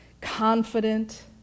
confident